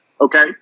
Okay